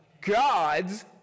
gods